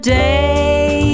day